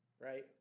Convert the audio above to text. right